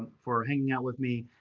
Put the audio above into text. for hanging out with me.